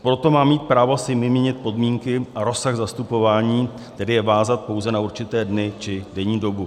Proto má mít právo si vymínit podmínky a rozsah zastupování, tedy je vázat pouze na určité dny či denní dobu.